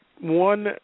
one